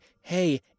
hey